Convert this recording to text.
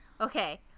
Okay